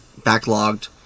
backlogged